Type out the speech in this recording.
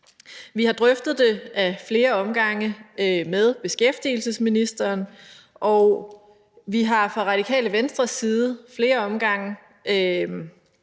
Vi har drøftet det ad flere omgange med beskæftigelsesministeren, og vi har fra Radikale Venstres side ad flere omgange